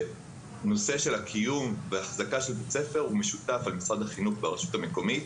נושא הקיום וההחזקה של בית הספר משותף למשרד החינוך ולרשות המקומית,